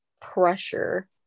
pressure